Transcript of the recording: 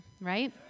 right